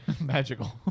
magical